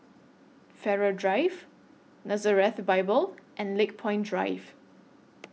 Farrer Drive Nazareth Bible and Lakepoint Drive